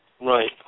Right